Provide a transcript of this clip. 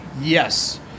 yes